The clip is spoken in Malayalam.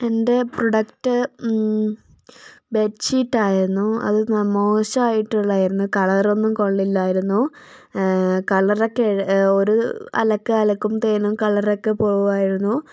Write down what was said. എൻ്റെ പ്രൊഡക്ട് ബെഡ്ഷീറ്റ് ആയിരുന്നു അത് മോശമായിട്ടുള്ള എന്ന് കളർ ഒന്നും കൊള്ളില്ലായിരുന്നു കളറൊക്കെ ഒരു അലക്ക് അലക്കുമ്പോത്തേനും കളറൊക്കെ പോകുമായിരുന്നു